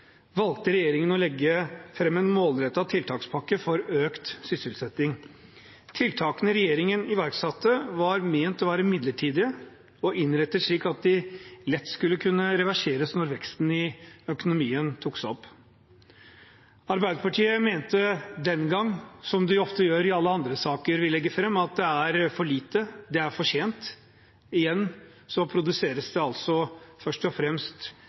valgte regjeringen å legge fram en målrettet tiltakspakke for økt sysselsetting. Tiltakene regjeringen iverksatte, var ment å være midlertidige og innrettet slik at de lett skulle kunne reverseres når veksten i økonomien tok seg opp. Arbeiderpartiet mente den gang, som de ofte gjør i alle andre saker vi legger fram, at det var for lite og for sent. Igjen produserer opposisjonen først og fremst